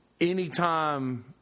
anytime